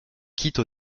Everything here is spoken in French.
quitte